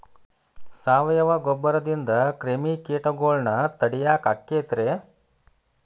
ಸಾವಯವ ಗೊಬ್ಬರದಿಂದ ಕ್ರಿಮಿಕೇಟಗೊಳ್ನ ತಡಿಯಾಕ ಆಕ್ಕೆತಿ ರೇ?